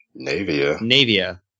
Navia